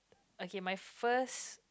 okay my first